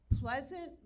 pleasant